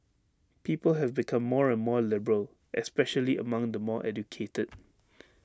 people have become more and more liberal especially among the more educated